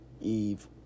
Eve